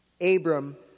Abram